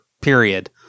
period